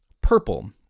purple